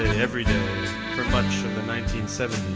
every day for much of the nineteen so